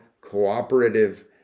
cooperative